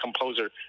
composer